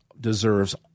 deserves